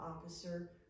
officer